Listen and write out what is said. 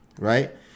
right